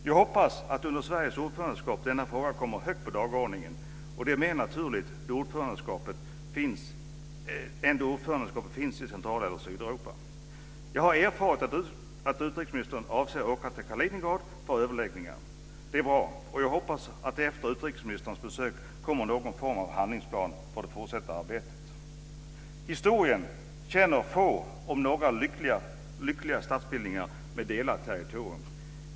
Jag hoppas att denna fråga kommer högt på dagordningen under Sveriges ordförandeskap. Det är mer naturligt än då ordförandeskapet finns i Central eller Jag har erfarit att utrikesministern avser åka till Kaliningrad för överläggningar. Det är bra, och jag hoppas att det efter utrikesministerns besök kommer någon form av handlingsplan för det fortsatta arbetet. Historien känner få, om några, lyckliga statsbildningar med delat territorium.